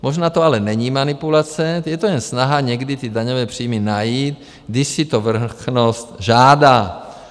Možná to ale není manipulace, je to jen snaha někdy ty daňové příjmy najít, když si to vrchnost žádá.